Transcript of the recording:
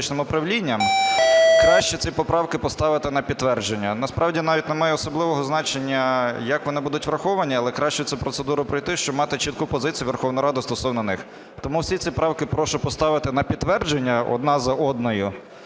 краще ці поправки поставити на підтвердження. Насправді навіть немає особливого значення, як вони будуть враховані, але краще цю процедуру пройти, щоб мати чітку позицію Верховної Ради стосовно них. Тому всі ці правки прошу поставити на підтвердження одна за одною